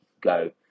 Go